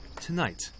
Tonight